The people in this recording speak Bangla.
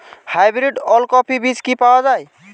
হাইব্রিড ওলকফি বীজ কি পাওয়া য়ায়?